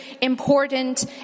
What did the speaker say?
important